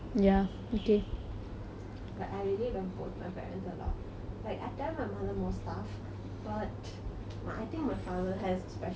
like I really love both my parents a lot like I tell my mother more stuff but my I think my father has a special soft spot for me